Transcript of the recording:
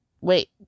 Wait